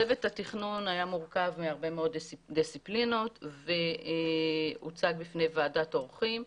צוות התכנון היה מורכב מהרבה מאוד דיסציפלינות והוצג בפני ועדת העורכים.